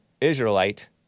Israelite